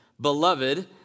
Beloved